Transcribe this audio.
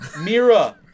Mira